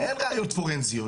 אין ראיות פורנזיות,